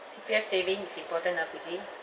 C_P_F saving is important ah